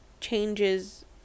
Changes